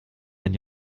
dann